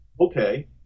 Okay